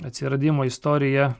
atsiradimo istorija